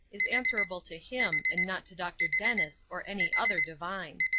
is answerable to him, and not to dr. dennis, or any other divine.